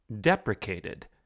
Deprecated